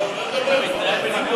אדוני היושב-ראש,